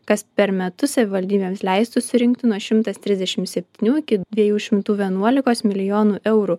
kas per metus savivaldybėms leistų surinkti nuo šimtas trisdešimt septynių iki dviejų šimtų vienuolikos milijonų eurų